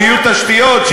שיהיו תשתיות,